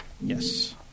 Yes